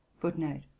Footnote